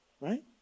right